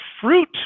fruit